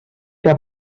que